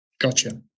Gotcha